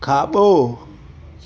खाबो